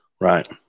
right